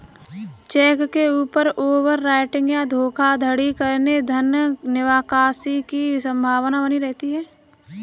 check के ऊपर overwriting या धोखाधड़ी करके धन निकासी की संभावना बनी रहती है